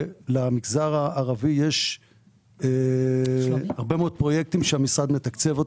למגזר הערבי יש הרבה מאוד פרויקטים שהמשרד מתקצב.